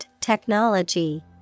Technology